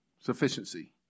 sufficiency